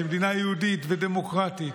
שהיא מדינה יהודית ודמוקרטית,